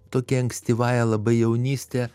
tokia ankstyvąja labai jaunyste